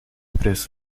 preços